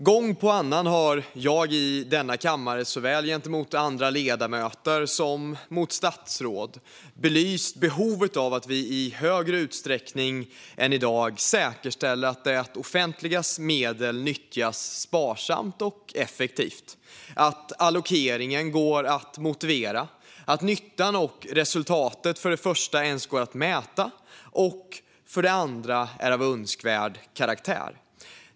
Gång efter annan har jag i denna kammare såväl till ledamöter som till statsråd belyst behovet av att vi i större utsträckning än i dag säkerställer att det offentligas medel nyttjas sparsamt och effektivt, att allokeringen går att motivera och att nyttan och resultatet för det första går att mäta och för det andra är av önskvärd karaktär.